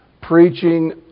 preaching